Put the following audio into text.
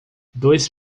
dois